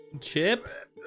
chip